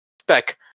Spec